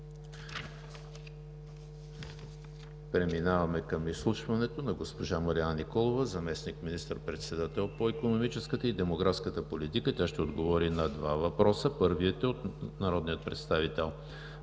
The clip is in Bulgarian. Преминаваме към изслушването на госпожа Марияна Николова – заместник министър-председател по икономическата и демографската политика. Тя ще отговори на два въпроса. Първият е от народния представител